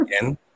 Again